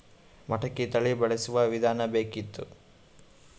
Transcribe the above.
ಮಟಕಿ ತಳಿ ಬಳಸುವ ವಿಧಾನ ಬೇಕಿತ್ತು?